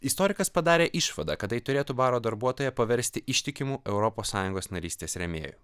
istorikas padarė išvadą kad tai turėtų baro darbuotoją paversti ištikimu europos sąjungos narystės rėmėju